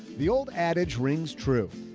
the old adage rings true.